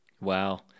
Wow